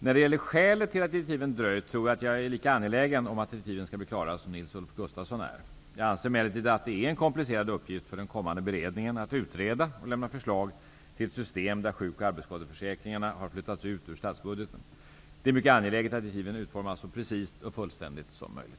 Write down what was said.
När det gäller skälet till att direktiven har dröjt tror jag att jag är lika angelägen om att direktiven skall bli klara som Nils-Olof Gustafsson är. Jag anser emellertid att det är en komplicerad uppgift för den kommande beredningen att utreda och lämna förslag till ett system där sjuk och arbetsskadeförsäkringarna har flyttats ut ur statsbudgeten. Det är mycket angeläget att direktiven utformas så precist och fullständigt som möjligt.